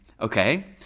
okay